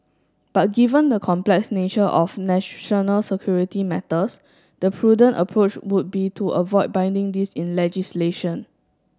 but given the complex nature of national security matters the prudent approach would be to avoid binding this in legislation